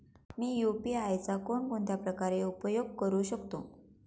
मी UPI चा कोणकोणत्या प्रकारे उपयोग करू शकतो?